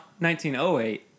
1908